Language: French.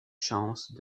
chances